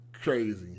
Crazy